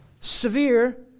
Severe